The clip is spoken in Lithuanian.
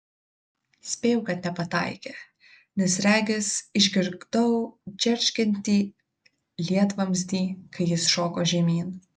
spėjau kad nepataikė nes regis išgirdau džeržgiantį lietvamzdį kai jis šoko žemyn